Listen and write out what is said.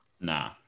Nah